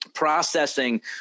processing